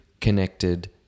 connected